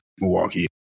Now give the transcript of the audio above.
Milwaukee